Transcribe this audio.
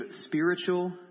spiritual